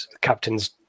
captain's